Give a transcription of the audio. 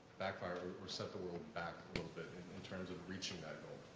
backfire or set the world back a little bit, in terms of reaching that goal.